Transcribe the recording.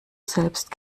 selbst